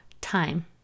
Time